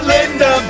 Linda